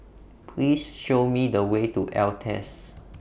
Please Show Me The Way to Altez